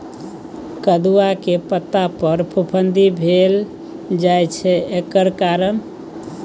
कदुआ के पता पर फफुंदी भेल जाय छै एकर कारण?